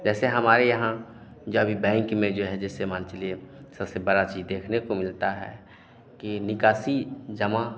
जैसे हमारे यहाँ जो अभी बैंक में जो है जैसे मान कर चलिए सबसे बड़ी चीज़ देखने को मिलता है कि निकासी जमा